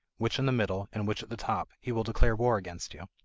which in the middle, and which at the top, he will declare war against you.